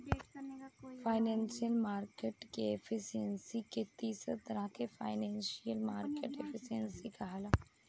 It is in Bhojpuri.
फाइनेंशियल मार्केट के एफिशिएंसी के तीसर तरह के इनफॉरमेशनल मार्केट एफिशिएंसी कहाला